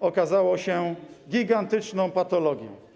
okazało się gigantyczną patologią.